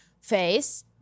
face